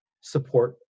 support